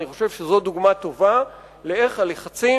אני חושב שזו דוגמה טובה לאיך הלחצים